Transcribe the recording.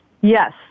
yes